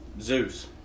Zeus